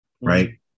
right